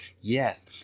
Yes